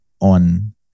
on